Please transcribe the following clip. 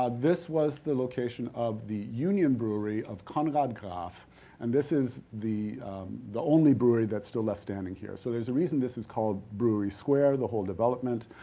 ah this was the location of the union brewery of conrad graf and this is the the only brewery that's still left standing here. so, there's a reason this is called brewery square, the whole development.